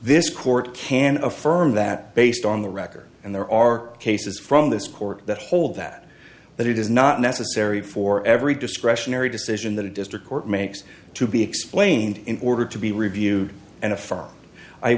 this court can affirm that based on the record and there are cases from this court that hold that that it is not necessary for every discretionary decision that a district court makes to be explained in order to be reviewed and affirm i